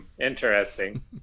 Interesting